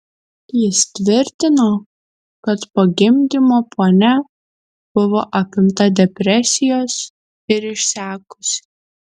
jis tvirtino kad po gimdymo ponia buvo apimta depresijos ir išsekusi